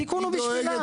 התיקון הוא בשבילה.